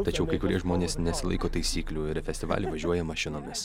tačiau kai kurie žmonės nesilaiko taisyklių ir į festivalį važiuoja mašinomis